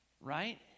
right